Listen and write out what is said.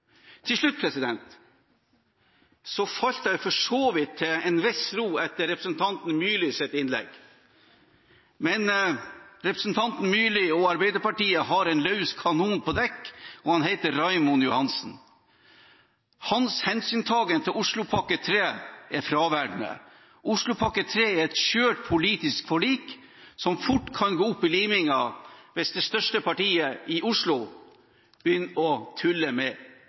Til slutt: Jeg falt for så vidt til en viss ro etter representanten Myrlis innlegg. Men representanten Myrli og Arbeiderpartiet har en løs kanon på dekk, og han heter Raymond Johansen. Hans hensyntagen til Oslopakke 3 er fraværende. Oslopakke 3 er et skjørt politisk forlik, som fort kan gå opp i limingen, hvis det største partiet i Oslo begynner å tulle med